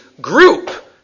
group